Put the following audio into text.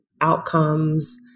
outcomes